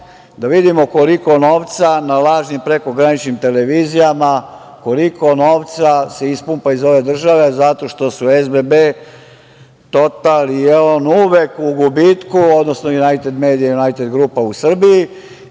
da vidimo koliko novca na lažnim prekograničnim televizijama se ispumpa iz ove države zato što su SBB, Total i EON uvek u gubitku, odnosno Junajted medija, Junajted grupa u Srbiji,